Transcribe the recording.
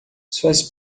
suas